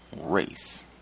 race